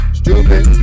stupid